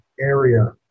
area